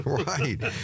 Right